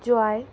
joy